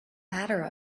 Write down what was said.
ladder